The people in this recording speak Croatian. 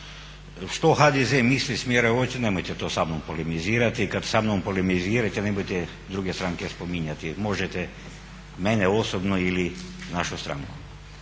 Što HDZ misli i smjera uopće nemojte to samnom polemizirati, kad samnom polemizirate nemojte druge stranke spominjati. Možete mene osobno ili našu stranku.